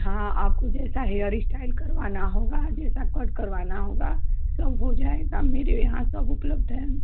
हाँ आपको जैसा हेयर इस्टाइल करवाना होगा जैसा कट करवाना होगा सब हो जाएगा मेरे यहाँ सब उपलब्ध है